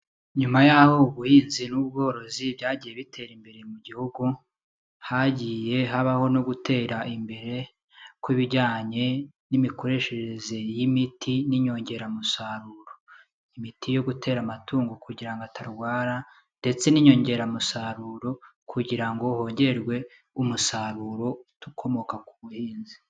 Nyuma y'aho ubuhinzi n'ubworozi byagiye bitera imbere mu gihugu, hagiye habaho no gutera imbere kw'ibijyanye n'imikoreshereze y'imiti n'inyongeramusaruro. Imiti yo gutera amatungo kugira ngo atarwara, ndetse n'inyongeramusaruro kugira ngo hongerwe umusaruro ukomoka ku buhinzi.